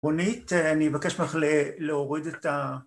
רונית אני אבקש ממך להוריד את